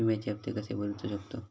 विम्याचे हप्ते कसे भरूचो शकतो?